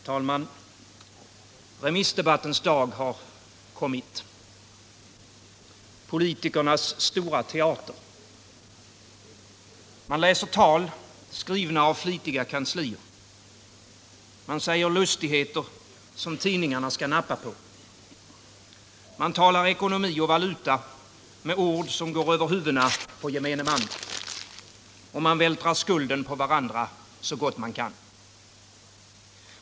Herr talman! Remissdebattens dag har kommit. Politikernas stora teater kan börja. Man läser tal, skrivna av flitiga kanslier. Man säger lustigheter som tidningarna skall nappa på. Man talar ekonomi och valuta med ord som går över huvudena på gemene man. Man vältrar skulden på varandra så gott man kan.